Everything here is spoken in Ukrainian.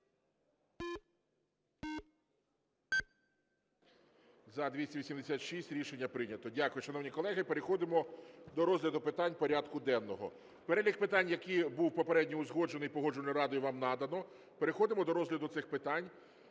За-286 Рішення прийнято. Дякую, шановні колеги. Переходимо до розгляду питань порядку денного. Перелік питань, який був попередньо узгоджений і Погоджувальною радою вам надано, переходимо до розгляду цих питань.